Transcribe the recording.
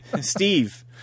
Steve